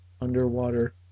underwater